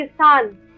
Pakistan